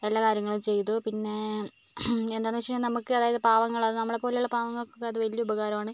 എല്ലാ കാര്യങ്ങളും ചെയ്തു പിന്നെ എന്താണ് എന്ന് വെച്ചിട്ടുണ്ടെങ്കിൽ നമുക്ക് അതായത് പാവങ്ങൾ നമ്മളെ പോലെയുള്ള പാവങ്ങൾക്ക് ഒക്കെ അത് വലിയ ഉപകാരമാണ്